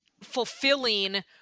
fulfilling